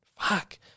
Fuck